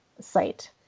site